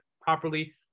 properly